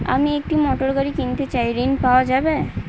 আমি একটি মোটরগাড়ি কিনতে চাই ঝণ পাওয়া যাবে?